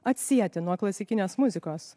atsieti nuo klasikinės muzikos